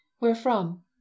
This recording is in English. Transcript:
Wherefrom